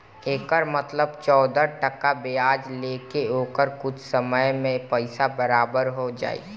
एकर मतलब चौदह टका ब्याज ले के ओकर कुछ समय मे पइसा बराबर हो जाई